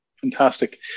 Fantastic